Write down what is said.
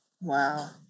Wow